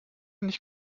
nicht